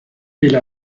elle